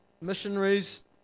missionaries